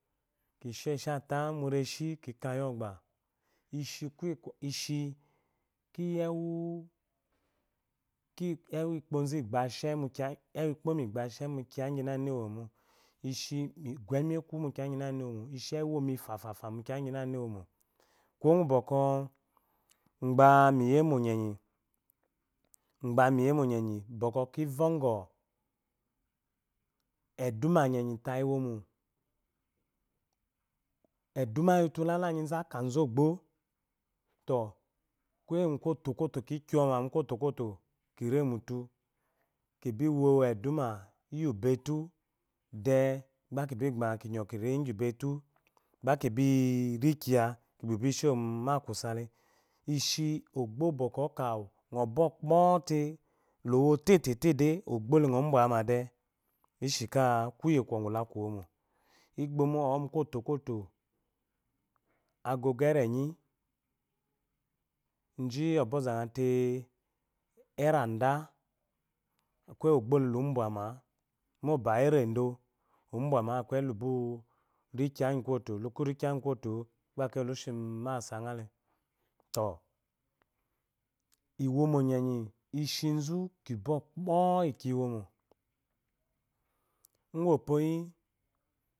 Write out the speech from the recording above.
Ki shi isu mu réshi ki kayi ogba ki shi oshata mu réshi ki kayi ogba ki shi oshata mu réshi ki kayi ogba lshi kiyewu uwe ikoimic igba shé mu kiya inagina iwomo mo, ishi iguml ekwu mu kiya, inagina iwomo, ishi ewu iwomi fafa mi inagina iwo mo, kuwo ngubwɔkwɔ gba mu iyemo nyanyi, gbamu lye mo nyenyi bɔkwɔ ki fhɔgɔ eduma nyenyi tayi iwomo, eduma anyizu aka zu ógbó, kuye ngu kótó kótó kibi wo eduma lyi ubetu de gba kiba ma kiyɔ kibi wo ubetugba kibi rikiya kishe'ma kusa le ji ógbó uwu gbɔkwɔ oká ighi kpɔte lo wo tetede ógbó lei ngɔ bwauma de bi shi ká kuye kwɔgu la kuwó mó, igbomo ɔwɔ mu koto-koto, agogo érényi yi ɔza nghate erádá ikeyi ógbóle lubwa uma mo ba erédó lubwama ekwuye lu bu ri kiyi ngi koto lu rikiyi ngi koto gba akeyi lushe ma ásá nghale, to i wómó nyenyi ishizɔ ibɔkpɔ iyi kiya iwomo.